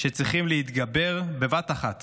שצריכים להתגבר בבת אחת